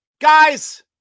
Guys